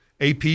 AP